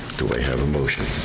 do i have a motion?